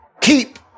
Keep